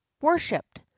worshipped